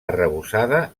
arrebossada